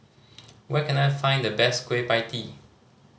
where can I find the best Kueh Pie Tee